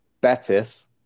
Betis